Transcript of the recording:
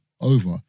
over